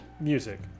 music